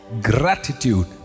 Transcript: Gratitude